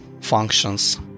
functions